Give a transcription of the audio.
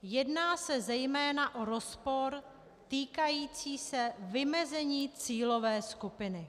Jedná se zejména o rozpor týkající se vymezení cílové skupiny.